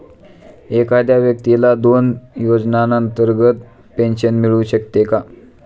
एखाद्या व्यक्तीला दोन योजनांतर्गत पेन्शन मिळू शकते का?